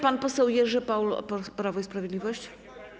Pan poseł Jerzy Paul, Prawo i Sprawiedliwość.